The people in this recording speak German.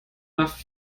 nach